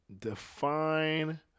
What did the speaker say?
Define